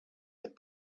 had